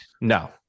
No